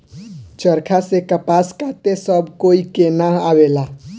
चरखा से कपास काते सब कोई के ना आवेला